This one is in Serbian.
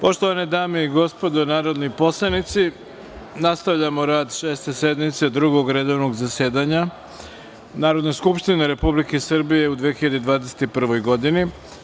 Poštovane dame i gospodo narodni poslanici, nastavljamo rad Šeste sednice Drugog redovnog zasedanja Narodne skupštine Republike Srbije u 2021. godini.